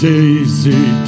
Daisy